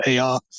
AR